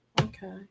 okay